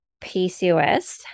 PCOS